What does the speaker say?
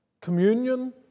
communion